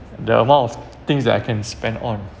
the amount of things that I can spend on